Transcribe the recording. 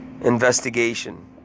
Investigation